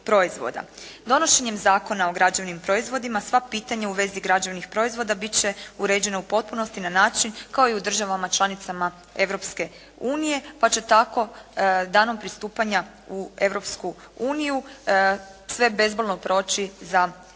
Donošenje Zakona o građevnim proizvodima sva pitanja u vezi s građevnim proizvoda biti će uređena u potpunosti i na način kao i u državama članicama Europske unije, pa će tako danom pristupanja u Europsku uniju sve bezbolno proći za naše